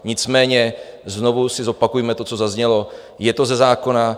Nicméně znovu si zopakujme to, co zaznělo, je to ze zákona.